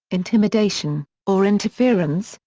intimidation, or interference,